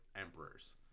emperors